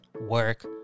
work